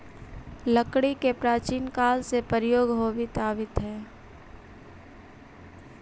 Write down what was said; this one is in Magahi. लकड़ी के प्राचीन काल से प्रयोग होवित आवित हइ